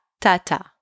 tata